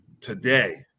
today